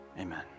Amen